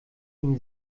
ihm